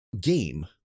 game